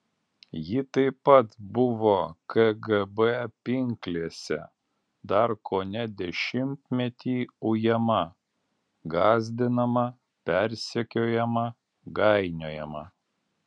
ji taip pat buvo kgb pinklėse dar kone dešimtmetį ujama gąsdinama persekiojama gainiojama